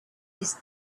his